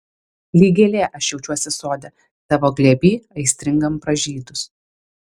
lyg gėlė aš jaučiuosi sode tavo glėby aistringam pražydus